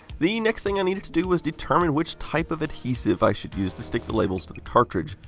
the next thing i needed to do was determine which type of adhesive i should use to stick the labels to the cartridge.